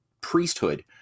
priesthood